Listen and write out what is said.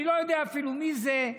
אני לא יודע אפילו מי זה.